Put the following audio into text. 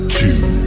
two